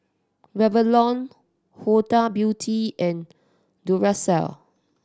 Revlon Huda Beauty and Duracell